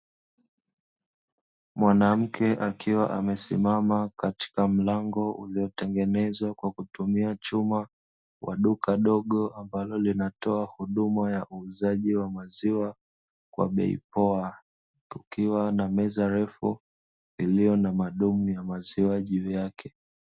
Mwanamke akiwa amesimama katika mlango; uliotengenezwa kwa kutumia chuma; wa duka dogo ambalo linatoa huduma ya uuzaji wa maziwa kwa bei poa, kukiwa na meza refu iliyo na madumu ya maziwa juu yake.